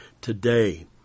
today